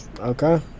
Okay